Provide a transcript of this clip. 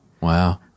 Wow